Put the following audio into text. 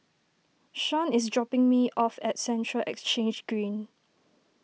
Shawn is dropping me off at Central Exchange Green